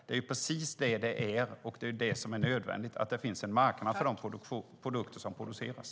Det är precis vad det är. Det är nödvändigt att det finns en marknad för de produkter som produceras.